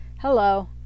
hello